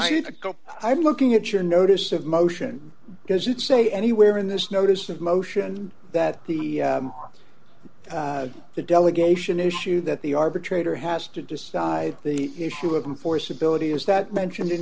go i'm looking at your notice of motion does it say anywhere in this notice of motion that the the delegation issue that the arbitrator has to decide the issue of in force ability is that mentioned in